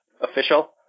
official